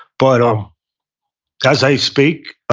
but um as i speak,